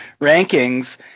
rankings